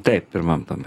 taip pirmam tam